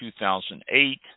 2008